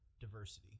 diversity